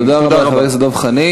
תודה רבה, חבר הכנסת דב חנין.